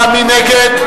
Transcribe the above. מי נגד?